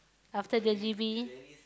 after the G_V